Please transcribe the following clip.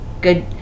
good